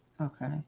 Okay